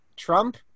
Trump